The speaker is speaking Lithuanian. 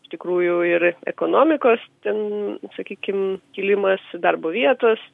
iš tikrųjų ir ekonomikos ten sakykim kilimas darbo vietos